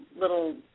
little